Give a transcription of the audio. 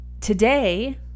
today